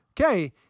okay